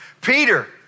Peter